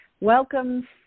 Welcome